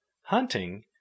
Hunting